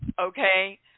Okay